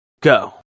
go